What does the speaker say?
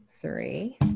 three